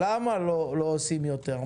למה לא עושים יותר?